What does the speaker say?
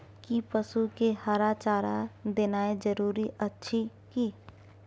कि पसु के हरा चारा देनाय जरूरी अछि की?